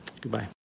Goodbye